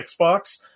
xbox